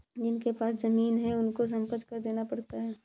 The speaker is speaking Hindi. जिनके पास जमीने हैं उनको संपत्ति कर देना पड़ता है